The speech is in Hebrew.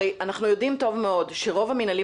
הרי אנחנו יודעים טוב מאוד שרוב המינהלים